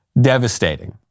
devastating